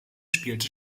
spielte